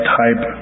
type